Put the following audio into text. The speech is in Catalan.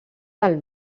del